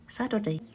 Saturday